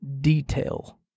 detail